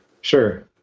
Sure